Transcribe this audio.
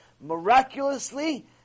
miraculously